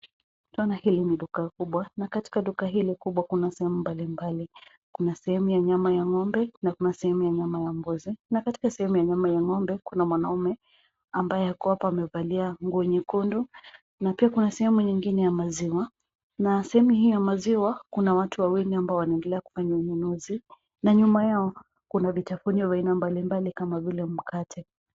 Twaona hili ni duka kubwa, na katika duka hili kubwa kuna sehemu mbalimbali. Kuna sehemu ya nyama ya ng'ombe na kuna sehemu ya nyama ya mbuzi, na katika sehemu ya nyama ya ng'ombe kuna mwanaume ambaye ako hapa amevalia nguo nyekundu na pia kuna sehemu nyingine ya maziwa, na sehemu hii ya maziwa kuna watu wawili ambao wanaendelea kufanya ununuzi na nyuma yao kuna vitafunio vya aina mbalimbali kama vile mkate.